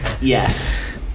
yes